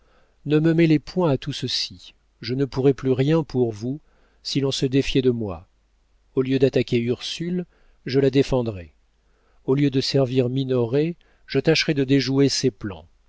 ne me mêlez point à tout ceci je ne pourrais plus rien pour vous si l'on se défiait de moi au lieu d'attaquer ursule je la défendrai au lieu de servir minoret je tâcherai de déjouer ses plans